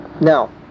Now